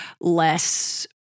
less